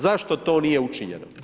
Zašto to nije učinjeno?